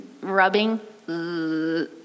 rubbing